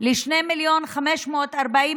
גם לשני מיליון ו-540,000